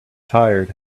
tired